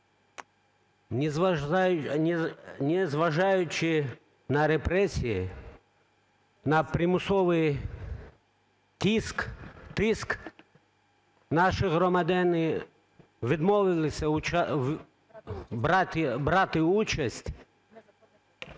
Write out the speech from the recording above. Незважаючи на репресії, на примусовий тиск, наші громадяни відмовилися брати участь